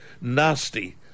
nasty